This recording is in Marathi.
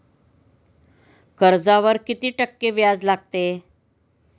कर्जावर किती टक्के व्याज लागते?